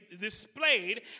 displayed